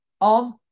on